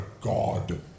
god